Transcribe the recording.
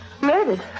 Murdered